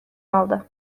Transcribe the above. aldı